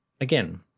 Again